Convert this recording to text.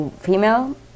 female